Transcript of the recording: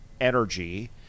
energy